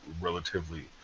relatively